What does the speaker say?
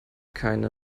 keine